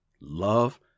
love